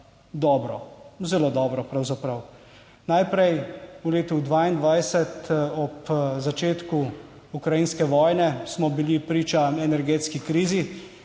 dobro, zelo dobro pravzaprav. Najprej v letu 2022, ob začetku ukrajinske vojne, smo bili priča energetski krizi